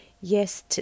Yes